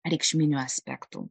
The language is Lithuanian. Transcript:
reikšminių aspektų